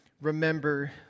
remember